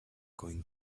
going